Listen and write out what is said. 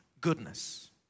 goodness